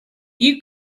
you